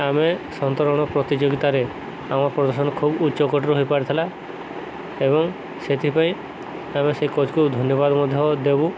ଆମେ ସନ୍ତରଣ ପ୍ରତିଯୋଗିତାରେ ଆମ ପ୍ରଦର୍ଶନ ଖୁବ୍ ଉଚ୍ଚକୁଟୀର ହୋଇପାରିଥିଲା ଏବଂ ସେଥିପାଇଁ ଆମେ ସରକାରକୁ ଧନ୍ୟବାଦ ମଧ୍ୟ ଦେବୁ